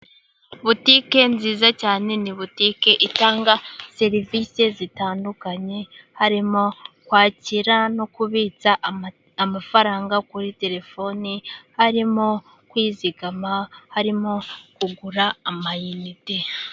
Butike nziza cyane .Ni butike itanga serivisi zitandukanye .Harimo kwakira no kubitsa amafaranga kuri telefoni .Harimo kwizigama ,harimo kugura amayinite.